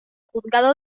juzgado